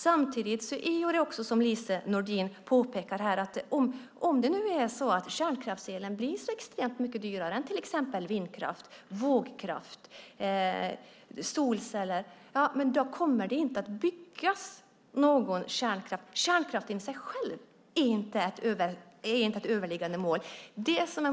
Samtidigt är det som Lise Nordin påpekar, nämligen att om kärnkraftselen blir så extremt mycket dyrare än till exempel vindkraft, vågkraft eller solceller kommer det inte att byggas någon kärnkraft. Kärnkraften i sig själv är inte ett överliggande mål.